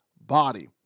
body